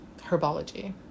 herbology